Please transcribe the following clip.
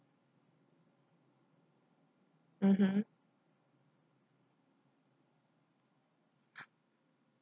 mmhmm